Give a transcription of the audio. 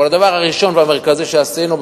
אבל הדבר הראשון והמרכזי שעשינו,